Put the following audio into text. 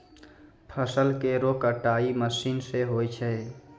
फसल केरो कटाई मसीन सें होय छै